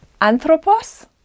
Anthropos